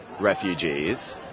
refugees